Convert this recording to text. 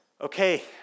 okay